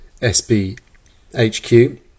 SBHQ